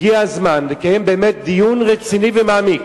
הגיע הזמן באמת לקיים דיון רציני ומעמיק